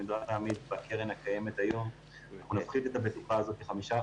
נדרש להעמיד בקרן הקיימת היום נפחית את הבטוחה ב-5%.